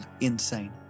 insane